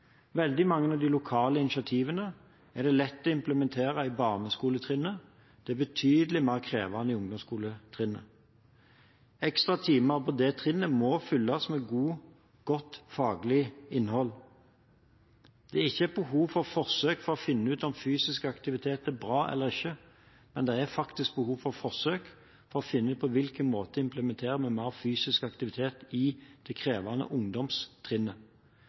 Veldig mange av de lokale initiativene er det lett å implementere på barneskoletrinnet. Det er betydelig mer krevende på ungdomsskolen. Ekstra timer på det trinnet må fylles med godt faglig innhold. Det er ikke behov for forsøk for å finne ut om fysisk aktivitet er bra eller ikke, men det er faktisk behov for forsøk for å finne ut på hvilken måte vi skal implementere mer fysisk aktivitet i det krevende